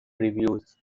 reviews